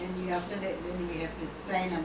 ya should have settled the things there lah